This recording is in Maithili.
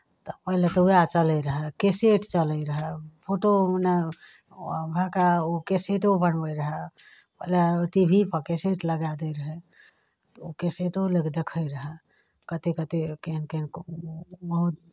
पहिले तऽ उएह चलै रहए कैसेट चलैत रहए फोटो ओ नहि ओ आब अहाँके ओ कैसेटो बनबैत रहए ओना ओ टी भी पर कैसेट लगाए दै रहै ओ कैसेटो लोक देखैत रहए कतेक कतेक केहन केहन बहुत